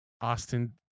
Austin